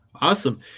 awesome